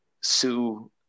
sue